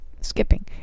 Skipping